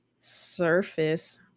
surface